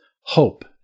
hope